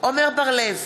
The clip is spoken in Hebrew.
עמר בר-לב,